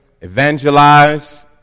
evangelize